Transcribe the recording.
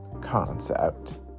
concept